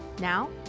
now